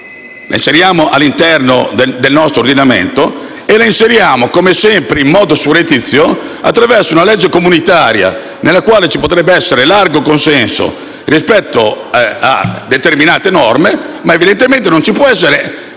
la inseriamo all'interno del nostro ordinamento e, come sempre, in modo surrettizio, attraverso una legge comunitaria, per la quale ci potrebbe essere largo consenso rispetto a determinate norme. Evidentemente, però, non può esserci